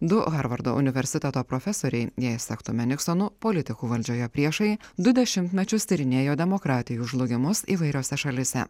du harvardo universiteto profesoriai jei sektume niksonu politikų valdžioje priešai du dešimtmečius tyrinėjo demokratijų žlugimus įvairiose šalyse